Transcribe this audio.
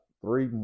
three